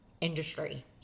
industry